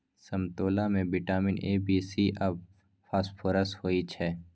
समतोला मे vitamin A, B, C आ फास्फोरस होइ छै